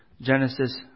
Genesis